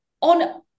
On